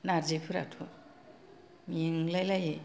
नार्जि फोराथ' मेंलाय लायो